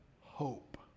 hope